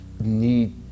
need